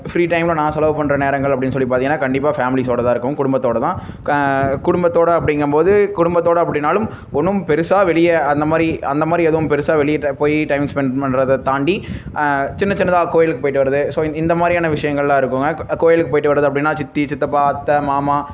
free டைம்மில் நான் செலவு பண்ணுற நேரங்கள் அப்படின் சொல்லி பார்த்தீங்கன்னா கண்டிப்பாக ஃபேமிலிஸ்ஸோட தான் இருக்கும் குடும்பத்தோட தான் குடும்பத்தோட அப்படிங்கம்போது குடும்பத்தோட அப்படின்னாலும் ஒன்றும் பெருசாக வெளியே அந்தமாதிரி அந்தமாதிரி எதுவும் பெருசாக வெளியிற்ற போய் டைம் ஸ்பெண்ட் பண்ணுறத தாண்டி சின்ன சின்னதாக கோயிலுக்கு போயிவிட்டு வரது ஸோ இ இந்த மாதிரியான விஷயங்கள்லாம் இருக்குங்க கோயிலுக்கு போயிவிட்டு வரது அப்படின்னா சித்தி சித்தப்பா அத்தை மாமா